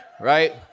Right